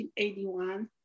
1981